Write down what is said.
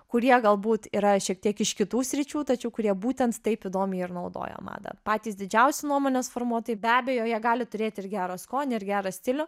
kurie galbūt yra šiek tiek iš kitų sričių tačiau kurie būtent taip įdomiai ir naudoja madą patys didžiausi nuomonės formuotojai be abejo jie gali turėti ir gerą skonį ir gerą stilių